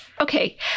Okay